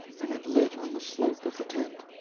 and it lit on the slope of the tent.